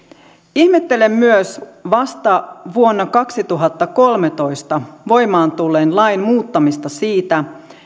ihmettelen myös vasta vuonna kaksituhattakolmetoista voimaan tulleen lain muuttamista siitä